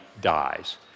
dies